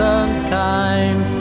unkind